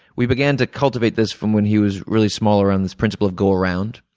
we began to cultivate this from when he was really small around this principal of go around.